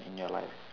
in your life